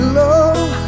love